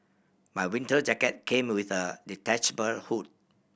my winter jacket came with a detachable hood